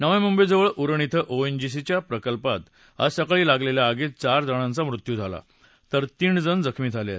नव्या मुंबईजवळ उरणमधे ओएनजीसीच्या प्रकल्पात आज सकाळी लागलेल्या आगीत चार जणांचा मृत्यू झाला तर तीन जखमी आहेत